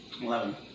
Eleven